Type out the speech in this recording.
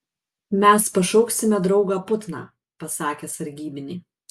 mes pašauksime draugą putną pasakė sargybiniai